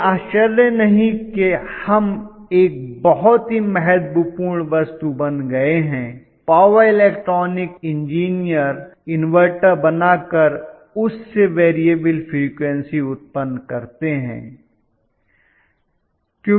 कोई आश्चर्य नहीं कि हम एक बहुत ही महत्वपूर्ण वस्तु बन गए हैं पावर इलेक्ट्रॉनिक इंजीनियर इनवर्टर बना कर उससे वेरीअबल फ्रिकवेंसी उत्पन्न करते हैं